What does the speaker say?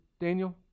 Daniel